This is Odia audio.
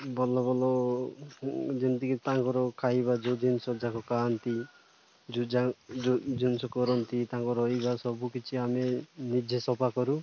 ଭଲ ଭଲ ଯେମିତିକି ତାଙ୍କର ଖାଇବା ଯେଉଁ ଜିନିଷ ଯାକ ଖାଆନ୍ତି ଯେଉଁ ଯୋଉ ଜିନିଷ କରନ୍ତି ତାଙ୍କ ରହିବା ସବୁକିଛି ଆମେ ନିଜେ ସଫା କରୁ